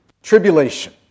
Tribulation